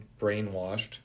brainwashed